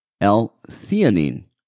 L-theanine